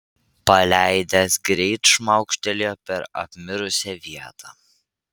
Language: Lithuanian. paleidęs greit šmaukštelėjo per apmirusią vietą